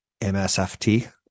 MSFT